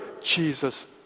Jesus